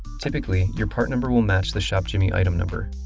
typically, your part number will match the shopjimmy item number.